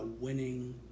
winning